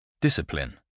Discipline